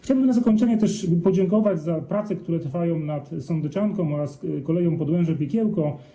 Chciałbym na zakończenie też podziękować za prace, które trwają nad sądeczanką oraz koleją Podłęże - Piekiełko.